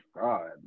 God